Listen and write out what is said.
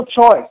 choice